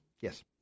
Yes